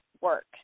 work